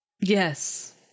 yes